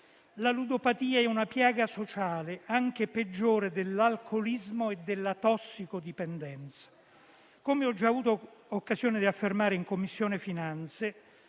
La ludopatia è una piaga sociale anche peggiore dell'alcolismo e della tossicodipendenza. Come ho già avuto occasione di affermare in Commissione finanze